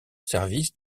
services